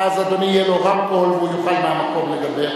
ואז אדוני יהיה לו רמקול והוא יוכל מהמקום לדבר.